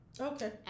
Okay